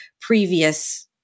previous